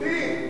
אותי,